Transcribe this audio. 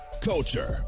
culture